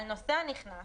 על נוסע נכנס